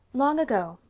long ago,